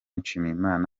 nshimiyimana